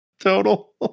Total